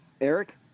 Eric